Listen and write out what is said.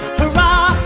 hurrah